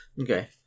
Okay